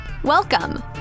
Welcome